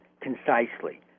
concisely